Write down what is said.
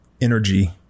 energy